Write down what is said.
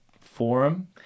forum